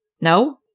No